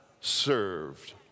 served